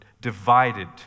divided